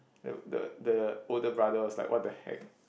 the the the older brother was like what-the-heck